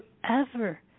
forever